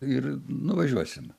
ir nuvažiuosim